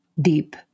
deep